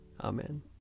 Amen